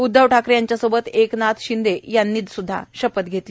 उद्धव ठाकरे यांच्यासोबत एकनाथ शिंदे यांनी स्द्धा शपथ घेतली